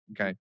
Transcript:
Okay